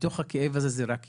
מתוך הכאב הזה, זה רק התחשל.